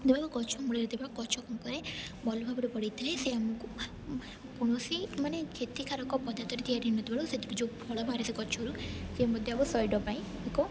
ଯେଉଁ ଗଛ ମୂଳରେ ଥିବା ଗଛ କ'ଣ କରେ ଭଲ ଭାବରେ ବଢ଼ି ଥାଏ ସେ ଆମକୁ କୌଣସି ମାନେ କ୍ଷତିକାରକ ପଦାର୍ଥରେ ତିଆରି ହେଇନଥିବାଳୁ ସେଥିରୁ ଯେଉଁ ଫଳ ବାହାରେ ସେ ଗଛରୁ ସେ ମଧ୍ୟ ଆମ ପାଇଁ ଏକ